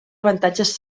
avantatges